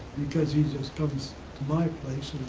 because he just comes to my place,